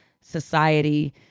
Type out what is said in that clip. society